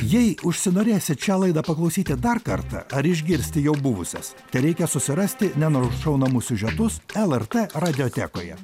jei užsinorėsit šią laidą paklausyti dar kartą ar išgirsti jau buvusias tereikia susirasti nenušaunamus siužetus lrt radiotekoje